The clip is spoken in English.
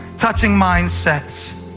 touching mindsets,